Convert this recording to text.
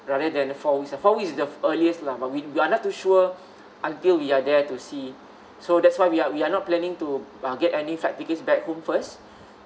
rather than four weeks ah four weeks is the earliest lah but we we're not too sure until we are there to see so that's why we are we are not planning to uh get any flight tickets back home first